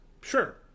Sure